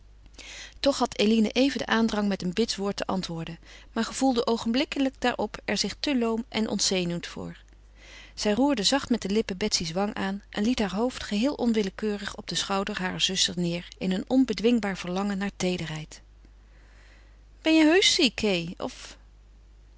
toch had eline even den aandrang met een bits woord te antwoorden maar gevoelde oogenblikkelijk daarop er zich te loom en ontzenuwd voor zij roerde zacht met de lippen betsy's wang aan en liet haar hoofd geheel onwillekeurig op den schouder harer zuster neêr in een onbedwingbaar verlangen naar teederheid ben je heusch ziek hè of